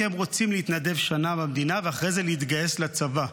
כי הם רוצים להתנדב שנה במדינה ואחרי זה להתגייס לצבא.